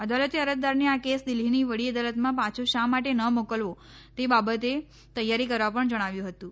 અદાલતે અર દારને આ કેસ દિલ્હીની વડી અદાલતમાં ાછી શા માટે ન મોકલવો તે બાબતે તૈયારી કરવા ણ ણાવ્યું હતું